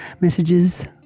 messages